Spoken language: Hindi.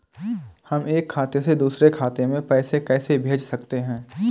हम एक खाते से दूसरे खाते में पैसे कैसे भेज सकते हैं?